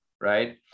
right